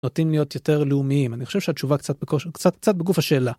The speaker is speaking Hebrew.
נוטים להיות יותר לאומיים אני חושב שהתשובה קצת קצת קצת בגוף השאלה.